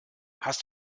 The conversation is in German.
hast